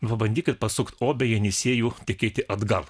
pabandykit pasukti obę jenisejų tekėti atgal